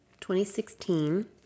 2016